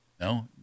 No